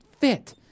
fit